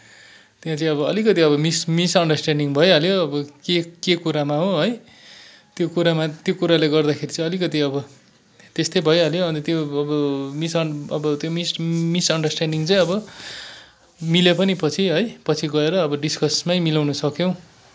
त्यहाँ चाहिँ अब अलिकति मिस मिसअन्डर्स्टेन्डिङ भइहाल्यो अब के के कुरामा हो है त्यो कुरामा त्यो कुराले गर्दाखेरि चाहिँ अलिकति अब त्यस्तै भइहाल्यो अनि त्यो अब त्यो मिस अन त्यो मिसअन्डर्स्टेन्डिङ चाहिँ अब मिल्यो पनि पछि है पछि गएर अब डिस्कसमै मिलाउन सक्यौँ